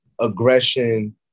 aggression